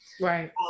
Right